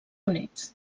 units